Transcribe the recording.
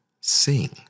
sing